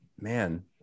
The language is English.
man